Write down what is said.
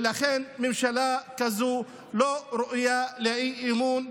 ולכן ממשלה כזו לא ראויה לאמון,